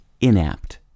inapt